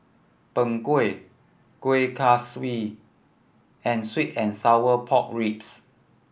Png Kueh Kuih Kaswi and sweet and sour pork ribs